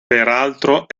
peraltro